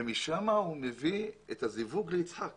ומשם הוא מביא את הזיווג ליצחק